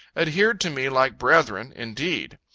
adhered to me like brethren, indeed.